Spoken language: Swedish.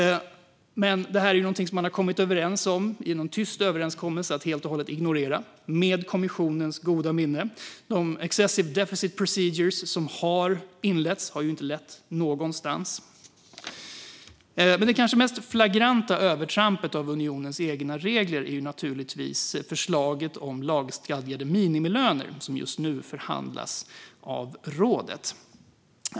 Detta är något man i en tyst överenskommelse har ignorerat med kommissionens goda minne. De excessive deficit procedures som har inletts har inte lett någonstans. Det kanske mest flagranta övertrampet av unionens egna regler är naturligtvis förslaget om lagstadgade minimilöner som just nu förhandlas av rådet.